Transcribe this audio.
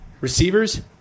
receivers